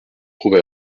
trouve